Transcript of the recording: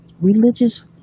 Religious